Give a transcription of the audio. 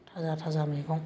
थाजा थाजा मैगं